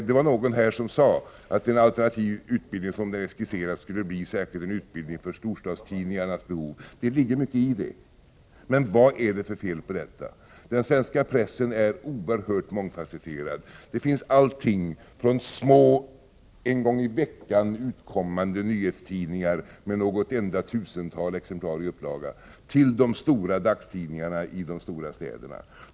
Det var någon här som sade att den alternativa utbildningen som den skisseras skulle bli en särskild utbildning för storstadstidningarnas behov. Det ligger mycket i det. Men vad är det för fel på det? Den svenska pressen är oerhört mångfasetterad. Det finns allting från små, en gång i veckan utkommande nyhetstidningar med något enda tusental exemplar i upplaga, till de stora dagstidningarna i de stora städerna.